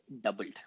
doubled